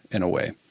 in a way?